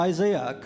Isaiah